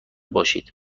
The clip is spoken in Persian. باشید